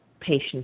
patients